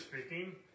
speaking